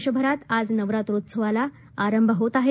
देशभरात आज नवरात्रौत्सवाला आरंभ होत आहे